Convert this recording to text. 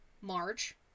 March